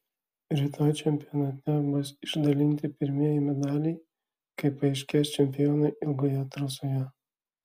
rytoj čempionate bus išdalinti pirmieji medaliai kai paaiškės čempionai ilgoje trasoje